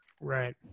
Right